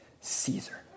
Caesar